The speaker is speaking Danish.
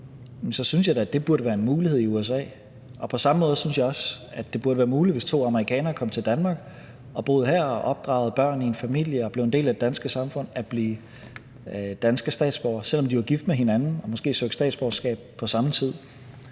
så synes jeg da, at det burde være en mulighed i USA. Og på samme måde synes jeg også at det burde være, hvis to amerikanere kom til Danmark og boede her, opdragede børn i en familie og blev en del af det danske samfund, altså, det burde være muligt for dem at blive danske statsborgere, selv om de var gift med hinanden og måske søgte statsborgerskab på samme tid.